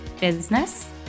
Business